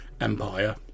empire